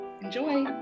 enjoy